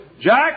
Jack